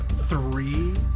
three